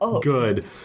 Good